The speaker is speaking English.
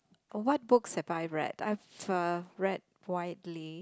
what books have I read I have uh read widely